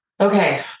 Okay